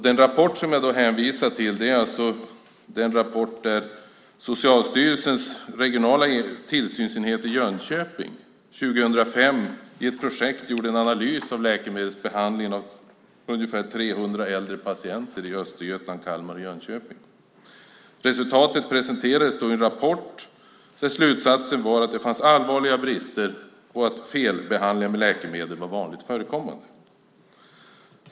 Den rapport som jag hänvisar till är den rapport där Socialstyrelsens regionala tillsynsenhet i Jönköping 2005 i ett projekt gjorde en analys av läkemedelsbehandlingen av ungefär 300 äldre patienter i Östergötland, Kalmar och Jönköping. Resultatet presenterades i en rapport där slutsatsen var att det fanns allvarliga brister och att felbehandling med läkemedel var vanligt förekommande.